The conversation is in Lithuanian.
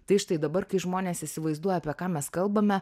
tai štai dabar kai žmonės įsivaizduoja apie ką mes kalbame